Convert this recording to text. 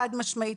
חד משמעית.